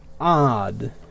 odd